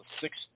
six